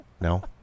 no